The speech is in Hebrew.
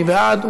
מי בעד?